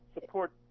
support